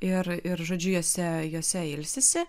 ir ir žodžiu jose jose ilsisi